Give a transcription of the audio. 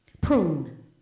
Prune